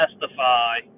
testify